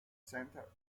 center